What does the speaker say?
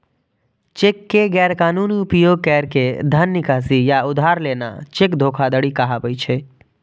cheque के गैर कानूनी उपयोग कैर के धन निकासी या उधार लेना चेक धोखाधड़ी कहाबै छै